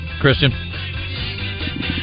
Christian